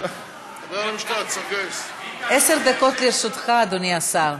עשר דקות לרשותך, אדוני השר.